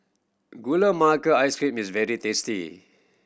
Gula Melaka Ice Cream is very tasty